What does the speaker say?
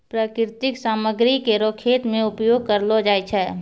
प्राकृतिक सामग्री केरो खेत मे उपयोग करलो जाय छै